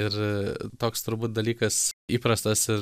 ir toks turbūt dalykas įprastas ir